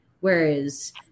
whereas